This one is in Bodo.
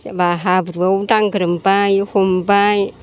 सोरबा हाब्रुवाव दांग्रोमबाय हमबाय